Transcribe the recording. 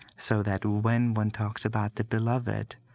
so that when one talks about the beloved,